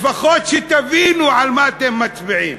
לפחות שתבינו על מה אתם מצביעים.